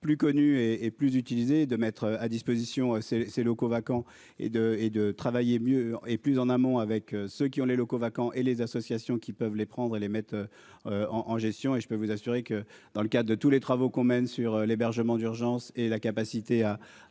plus connue et et plus utiliser de mettre à disposition ses ses locaux vacants et de et de travailler mieux et plus en amont avec ceux qui ont les locaux vacants et les associations qui peuvent les prendre et les mettre. En en gestion et je peux vous assurer que dans le cas de tous les travaux qu'on mène sur l'hébergement d'urgence et la capacité à